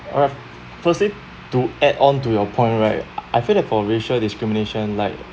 firstly to add on to your point right I feel that for racial discrimination like